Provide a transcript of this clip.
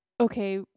okay